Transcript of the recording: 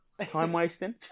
Time-wasting